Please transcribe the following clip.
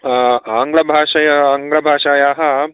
आङ्गलभाषया आङ्गलभाषायाः